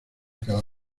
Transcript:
cada